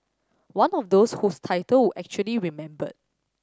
one of those whose title we actually remembered